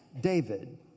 David